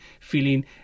feeling